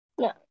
No